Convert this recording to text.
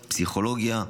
פסיכולוגיה,